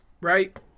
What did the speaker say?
right